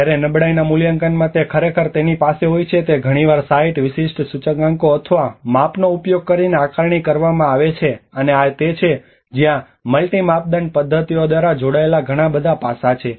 જ્યારે નબળાઈના મૂલ્યાંકનમાં તે ખરેખર તેની પાસે હોય છે તે ઘણીવાર સાઇટ વિશિષ્ટ સૂચકાંકો અથવા માપનો ઉપયોગ કરીને આકારણી કરવામાં આવે છે અને આ તે છે જ્યાં મલ્ટિ માપદંડ પદ્ધતિઓ દ્વારા જોડાયેલા ઘણા બધા પાસાં છે